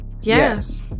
Yes